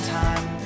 time